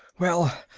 well,